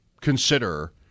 consider